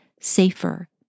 safer